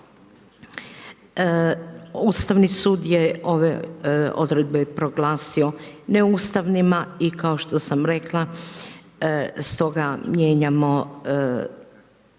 Ustavni sud je ove odredbe proglasio neustavnima i kao što sam rekla, stoga imamo